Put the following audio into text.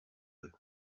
eux